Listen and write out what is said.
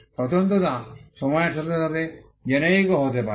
স্বতন্ত্রতা সময়ের সাথে সাথে জেনেরিকও হতে পারে